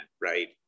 right